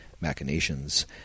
machinations